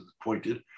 appointed